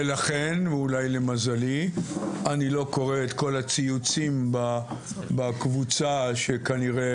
לכן למזלי אני לא קורא את כל הציוצים בקבוצה שכנראה,